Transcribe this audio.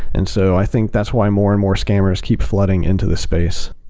and so i think that's why more and more scammers keep flooding into the space.